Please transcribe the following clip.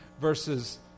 verses